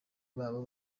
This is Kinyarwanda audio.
babo